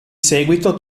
seguito